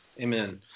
Amen